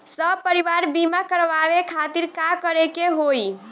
सपरिवार बीमा करवावे खातिर का करे के होई?